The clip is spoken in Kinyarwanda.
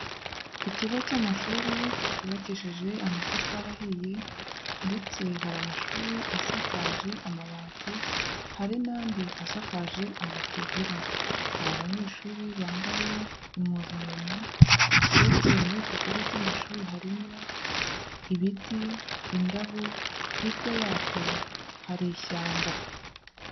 Ikigo cy'amashuri cyubakishije amatafari ahiye ndetse hari amashuri asakaje amabati hari n'andi asakaje amategura, hari abanyeshuri bambaye impuzankano ndetse muri icyo kigo cy'amashuri harimo ibiti, indabo hirya yacyo hari ishyamba.